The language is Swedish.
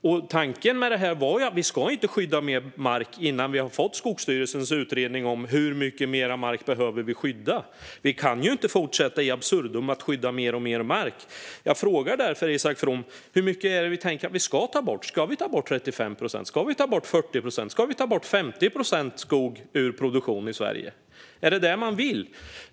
Tanken med detta var ju att vi inte ska skydda mer mark innan vi har fått Skogsstyrelsens utredning om hur mycket mer mark vi behöver skydda. Vi kan inte fortsätta in absurdum och skydda mer och mer mark. Jag frågar därför Isak From: Hur mycket är det tänkt att vi ska ta bort? Ska vi ta 35 procent - eller 40 procent, eller 50 procent - skog ur produktion i Sverige? Är det vad man vill?